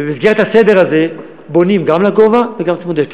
ובמסגרת הסדר הזה בונים גם לגובה וגם צמודי קרקע.